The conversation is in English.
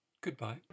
Goodbye